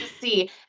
see